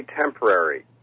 temporary